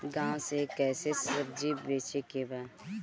गांव से कैसे सब्जी बेचे के बा?